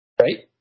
Right